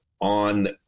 on